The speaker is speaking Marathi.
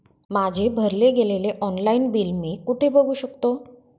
माझे भरले गेलेले ऑनलाईन बिल मी कुठे बघू शकतो?